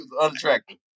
unattractive